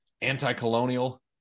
anti-colonial